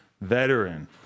veteran